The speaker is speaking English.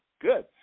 good